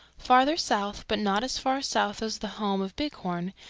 farther south, but not as far south as the home of bighorn,